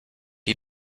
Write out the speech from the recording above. die